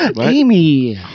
Amy